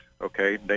okay